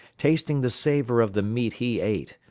tasting the savor of the meat he ate,